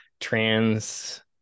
trans